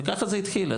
וככה זה התחיל.